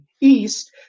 east